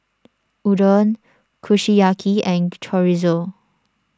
Udon Kushiyaki and Chorizo